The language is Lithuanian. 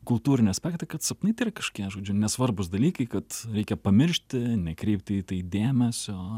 kultūrinį aspektą kad sapnai tai yra kažkokie žodžiu nesvarbūs dalykai kad reikia pamiršti nekreipti į tai dėmesio